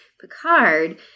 Picard